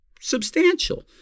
substantial